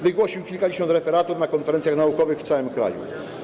Wygłosił kilkadziesiąt referatów na konferencjach naukowych w całym kraju.